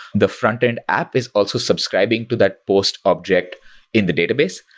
the frontend app is also subscribing to that post object in the database,